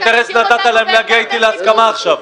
אינטרס נתת להם להגיע אתי להסכמה עכשיו?